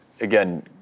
again